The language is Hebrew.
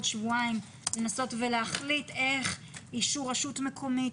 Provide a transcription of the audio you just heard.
שבועיים לנסות ולהחליט איך - אישור רשות מקומית,